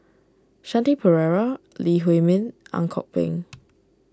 Shanti Pereira Lee Huei Min Ang Kok Peng